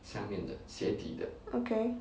okay